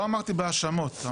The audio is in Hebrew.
לא באתי בהאשמות,